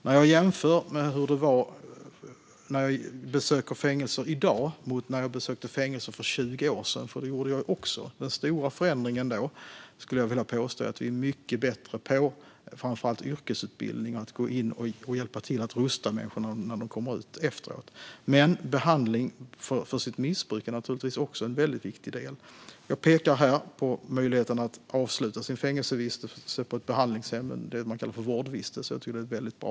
När jag besöker fängelser i dag och jämför med hur det var när jag besökte fängelser för 20 år sedan vill jag påstå att den stora förändringen är att vi nu är mycket bättre på framför allt yrkesutbildning och att gå in och hjälpa till och rusta människor tills de kommer ut. Men behandling för deras missbruk är naturligtvis också en väldigt viktig del. Jag pekar här på möjligheten att avsluta fängelsevistelsen på ett behandlingshem, det som kallas vårdvistelse. Det tycker jag är väldigt bra.